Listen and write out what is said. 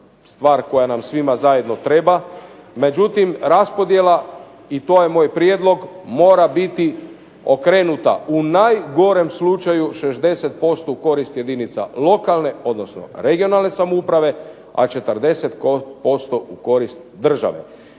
stvar koja nam svima zajedno treba. Međutim, raspodjela i to je moj prijedlog mora biti okrenuta u najgorem slučaju 60% u korist jedinica lokalne, odnosno regionalne samouprave, a 40% u korist države.